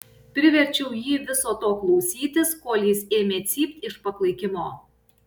priverčiau jį viso to klausytis kol jis ėmė cypt iš paklaikimo